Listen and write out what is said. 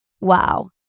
Wow